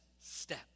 step